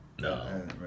No